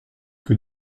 que